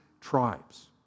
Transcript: tribes